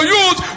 use